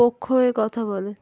পক্ষ হয়ে কথা বলে